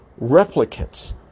replicants